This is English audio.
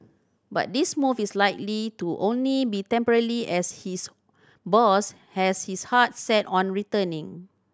but this move is likely to only be temporary as his boss has his heart set on returning